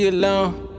alone